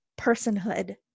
personhood